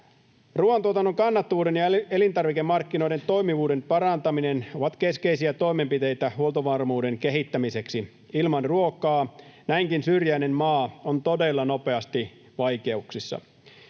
Ruuantuotannon kannattavuuden ja elintarvikemarkkinoiden toimivuuden parantaminen ovat keskeisiä toimenpiteitä huoltovarmuuden kehittämiseksi. Ilman ruokaa näinkin syrjäinen maa on todella nopeasti vaikeuksissa.